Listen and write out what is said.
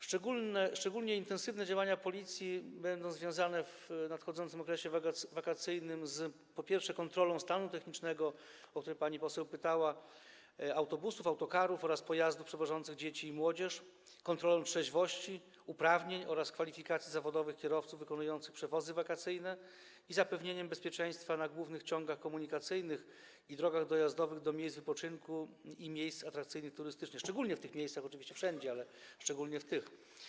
Szczególnie intensywne działania policji będą związane w nadchodzącym okresie wakacyjnym przede wszystkim z kontrolą stanu technicznego, o co pani poseł pytała, autobusów, autokarów oraz innych pojazdów przewożących dzieci i młodzież, kontrolą trzeźwości, uprawnień oraz kwalifikacji zawodowych kierowców wykonujących przewozy wakacyjne i zapewnieniem bezpieczeństwa na głównych ciągach komunikacyjnych i drogach dojazdowych do miejsc wypoczynku i miejsc atrakcyjnych turystycznie, szczególnie tam, oczywiście wszędzie, ale szczególnie tam.